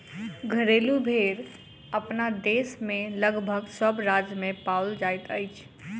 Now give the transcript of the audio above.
घरेलू भेंड़ अपना देश मे लगभग सभ राज्य मे पाओल जाइत अछि